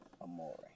Amore